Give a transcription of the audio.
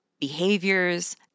behaviors